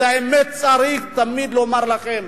את האמת צריך תמיד לומר לכם,